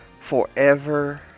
forever